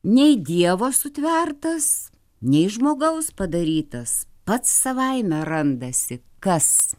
nei dievo sutvertas nei žmogaus padarytas pats savaime randasi kas